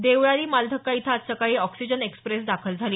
देवळाली मालधक्का इथं आज सकाळी ऑक्सिजन एक्सप्रेस दाखल झाली